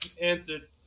Answered